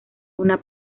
una